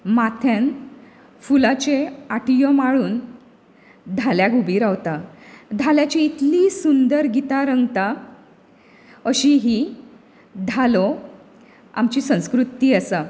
माथ्यांत फुलांच्यो आटये माळुन धाल्याक उबी रावतात धाल्याची इतली सुंदर गीतां रंगता अशी ही धालो आमची संस्कृती आसा